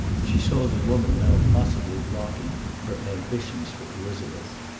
she saw the woman now possibly blocking her ambitions for elizabeth.